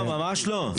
לא, ממש לא.